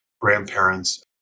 grandparents